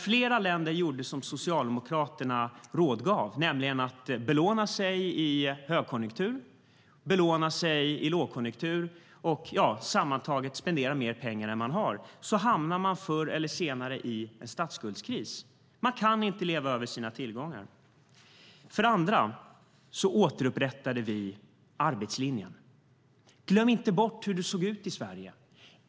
Flera länder gjorde som Socialdemokraterna gav råd om, nämligen att belåna sig i högkonjunktur och att belåna sig i lågkonjunktur och sammantaget spendera mer pengar än man har. Då hamnar man förr eller senare i en statsskuldskris. Man kan inte leva över sina tillgångar. För det andra återupprättade vi arbetslinjen. Glöm inte bort hur det såg ut i Sverige.